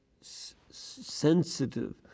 sensitive